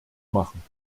machen